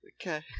Okay